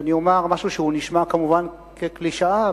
ואני אומר משהו שנשמע כמובן כקלישאה,